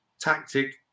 tactic